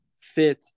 fit